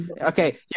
okay